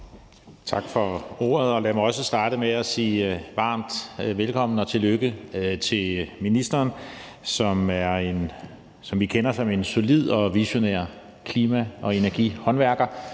Tak for ordet. Og lad mig også starte med at sige varmt velkommen til ministeren, som vi kender som en solid og visionær klima- og energihåndværker